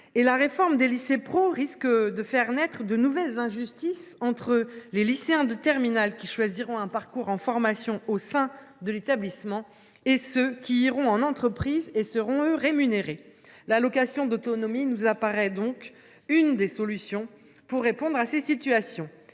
la réforme des lycées professionnels risque de faire naître de nouvelles injustices, entre les lycéens de terminale qui choisiront un parcours de formation au sein de l’établissement et ceux qui iront en entreprise et seront, eux, rémunérés. L’allocation autonomie universelle d’études nous apparaît comme l’une des solutions pour répondre à ces situations.